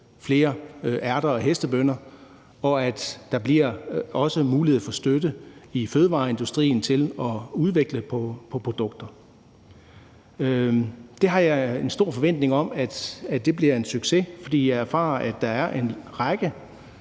flere ærter og hestebønner, og at der også bliver mulighed for støtte i fødevareindustrien til at udvikle produkter. Det har jeg en stor forventning om bliver en succes, fordi jeg erfarer, at der er en række